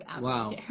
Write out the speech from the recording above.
wow